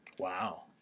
Wow